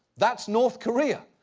that's north korea.